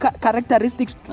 characteristics